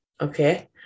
Okay